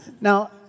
Now